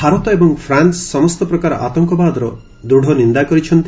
ଭାରତ ଏବଂ ଫ୍ରାନ୍ସ ସମସ୍ତ ପ୍ରକାର ଆତଙ୍କବାଦର ଦୂଢ଼ ନିନ୍ଦା କରିଛନ୍ତି